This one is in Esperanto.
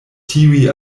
tiuj